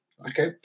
okay